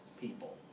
people